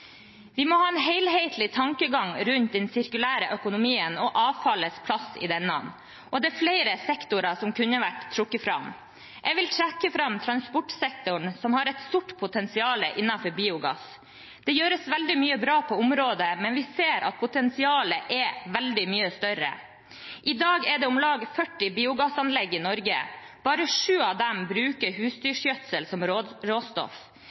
Vi må ha en helhetlig tankegang rundt den sirkulære økonomien og avfallets plass i denne. Det er flere sektorer som kunne vært trukket fram. Jeg vil trekke fram transportsektoren, som har et stort potensial innenfor biogass. Det gjøres veldig mye bra på området, men vi ser at potensialet er veldig mye større. I dag er det om lag 40 biogassanlegg i Norge, bare sju av dem bruker husdyrgjødsel som råstoff.